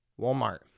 Walmart